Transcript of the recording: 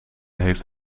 heeft